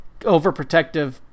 overprotective